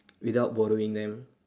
without borrowing them